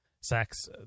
sex